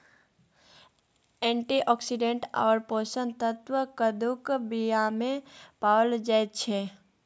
antioxidant आओर पोषक तत्व कद्दूक बीयामे पाओल जाइत छै